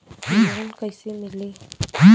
Loan कइसे मिलि?